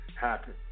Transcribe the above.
happen